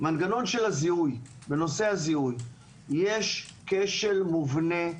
מנגנון הזיהוי בנושא הזה, יש כשל מובנה,